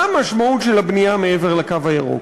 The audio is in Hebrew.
מה המשמעות של הבנייה מעבר לקו הירוק?